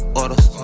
orders